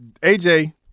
AJ